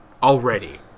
Already